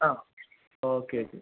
uh okay okay